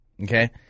Okay